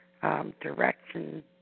Direction